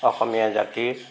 অসমীয়া জাতিৰ